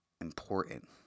important